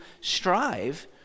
strive